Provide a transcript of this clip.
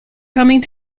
coming